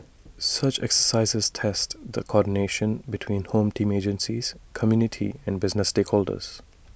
such exercises test the coordination between home team agencies community and business stakeholders